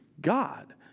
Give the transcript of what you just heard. God